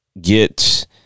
get